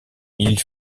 ils